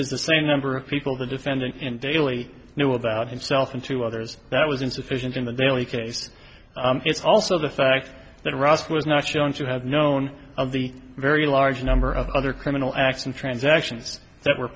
is the same number of people the defendant in daily knew about himself and to others that was insufficient in the daily case it's also the fact that ross was not shown to have known of the very large number of other criminal acts and transactions that were